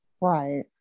Right